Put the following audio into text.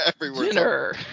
dinner